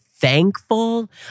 Thankful